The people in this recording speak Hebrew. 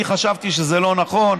אני חשבתי שזה לא נכון,